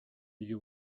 you